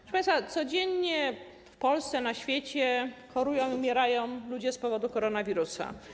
Proszę państwa, codziennie w Polsce, na świecie chorują i umierają ludzie z powodu koronawirusa.